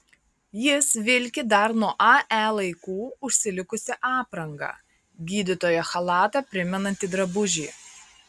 jis vilki dar nuo ae laikų užsilikusią aprangą gydytojo chalatą primenantį drabužį